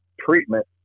treatment